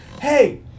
Hey